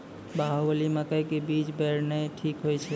बाहुबली मकई के बीज बैर निक होई छै